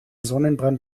sonnenbrand